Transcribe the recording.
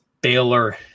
Baylor